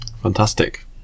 Fantastic